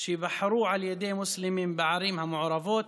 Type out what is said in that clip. שייבחרו על ידי מוסלמים בערים המעורבות